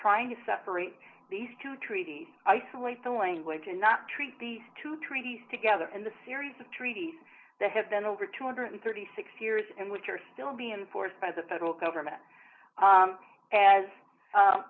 trying to separate these two treaty isolate the language and not treat the two treaties together and the series of treaties that have been over two hundred and thirty six years and which are still being forced by the federal government